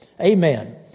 Amen